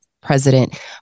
President